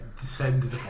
descended